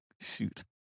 Shoot